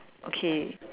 okay